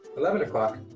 eleven o'clock,